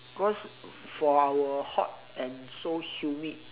cause for our hot and so humid